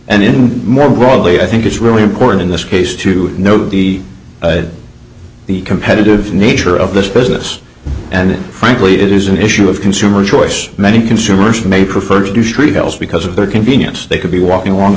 and in more broadly i think it's really important in this case to know the the competitive nature of this business and frankly it isn't issue of consumer choice many consumers may prefer to do street hells because of their convenience they could be walking along the